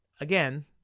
Again